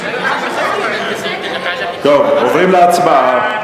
עוברים להצבעה.